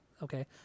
Okay